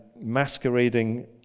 masquerading